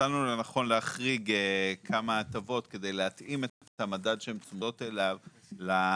מצאנו לנכון להחריג כמה הטבות כדי להתאים את המדד שהן צמודות אליו,